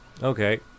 Okay